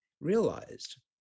realized